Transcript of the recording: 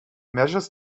measures